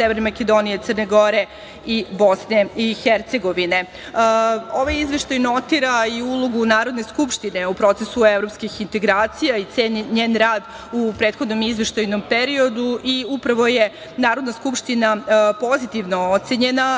Severne Makedonije, iz Crne Gore i BiH.Ovaj izveštaj notira i ulogu Narodne skupštine u procesu evropskih integracija i ceni njen rad u prethodnom izveštajnom periodu i upravo je Narodna skupština pozitivno ocenjena,